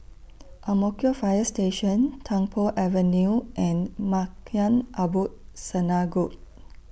Ang Mo Kio Fire Station Tung Po Avenue and Maghain Aboth Synagogue